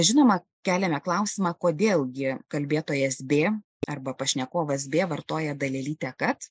žinoma keliame klausimą kodėl gi kalbėtojas bė arba pašnekovas bė vartoja dalelytę kad